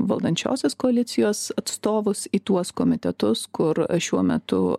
valdančiosios koalicijos atstovus į tuos komitetus kur šiuo metu